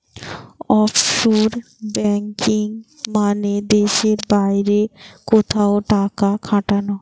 offshore banking মানে দেশের বাইরে কোথাও টাকা খাটানো